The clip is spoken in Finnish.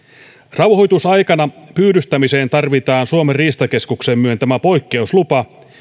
rauhoitusaikana pyydystämiseen tarvitaan suomen riistakeskuksen myöntämä poikkeuslupa